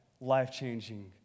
life-changing